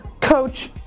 coach